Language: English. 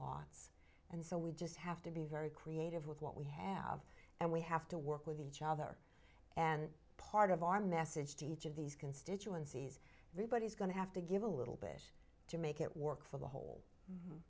lot and so we just have to be very creative with what we have and we have to work with each other and part of our message to each of these constituencies everybody is going to have to give a little bit to make it work for the whole